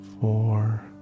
four